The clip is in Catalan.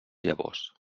llavors